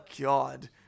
God